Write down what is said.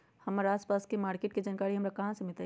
हमर आसपास के मार्किट के जानकारी हमरा कहाँ से मिताई?